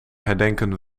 herdenken